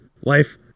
life